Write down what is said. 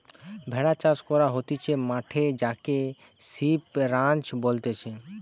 ভেড়া চাষ করা হতিছে মাঠে যাকে সিপ রাঞ্চ বলতিছে